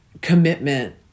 commitment